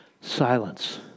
Silence